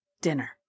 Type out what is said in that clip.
dinner